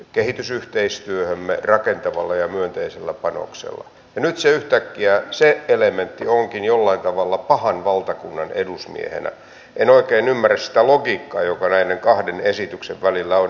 me olemme osa euroopan unionia ajamme oikeusvaltiota ja demokratiaa emme hyväksy voimapolitiikkaa mutta samalla hoidamme arkiset käytännön asiat kuten kaupankäynnin ja taloudellisen yhteistyön ja energiayhteistyön edistämisen niin normaalisti kuin on mahdollista myöskin näissä oloissa